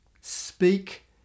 speak